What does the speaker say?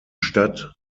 stadt